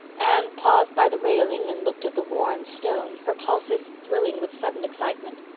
anne paused by the railing and looked at the worn stone, her pulses thrilling with sudden excitement.